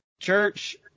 church